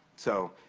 so,